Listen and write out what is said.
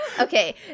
Okay